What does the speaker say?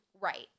right